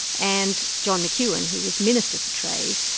and john mcewen, who was minister for trade,